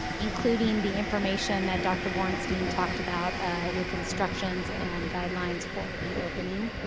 including the information that dr. borenstein talked about with instructions and guidelines for reopening.